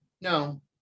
No